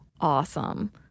awesome